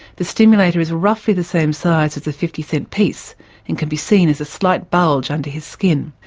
the stimulator is roughly the same size as a fifty cent piece and can be seen as a slight bulge under his skin.